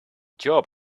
job